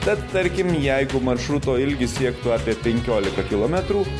tad tarkim jeigu maršruto ilgis siektų apie penkiolika kilometrų